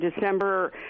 December